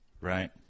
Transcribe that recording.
Right